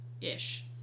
Ish